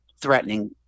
threatening